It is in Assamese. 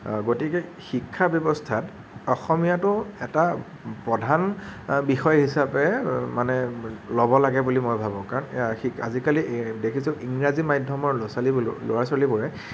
গতিকে শিক্ষা ব্যৱস্থাত অসমীয়াটো এটা প্ৰধান বিষয় হিচাপে মানে ল'ব লাগে বুলি মই ভাবোঁ কাৰণ আজিকালি দেখিছোঁ ইংৰাজী মাধ্যমৰ ল'ৰা ছোৱালীবোৰে